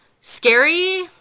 Scary